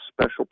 special